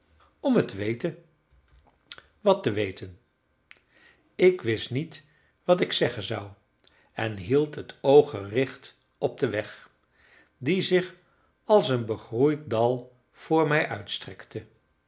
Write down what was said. om het te weten wat te weten ik wist niet wat ik zeggen zou en hield het oog gericht op den weg die zich als een begroeid dal voor mij uitstrekte